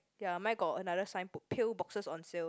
ya mine got another signboard pill boxes on sale